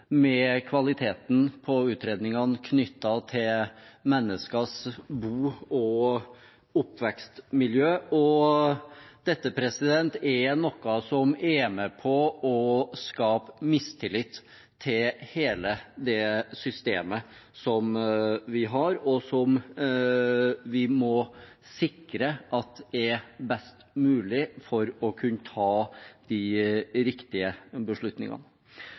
kvaliteten på utredningene knyttet til menneskers bo- og oppvekstmiljø. Dette er noe som er med på å skape mistillit til hele det systemet som vi har, og som vi må sikre at er best mulig for å kunne ta de riktige beslutningene.